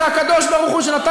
הראשון שהקים,